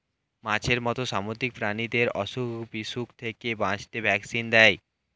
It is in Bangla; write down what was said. মাছের মত সামুদ্রিক প্রাণীদের অসুখ বিসুখ থেকে বাঁচাতে ভ্যাকসিন দেয়